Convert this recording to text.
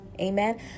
Amen